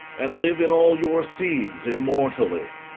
and live in all your seeds immortally